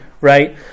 right